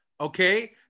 okay